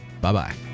Bye-bye